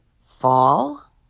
fall